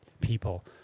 people